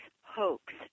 hoax